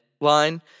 line